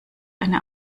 eine